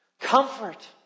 Comfort